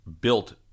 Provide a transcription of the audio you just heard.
built